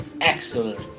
Excellent